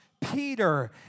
Peter